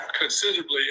considerably